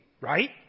right